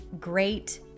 great